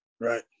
Right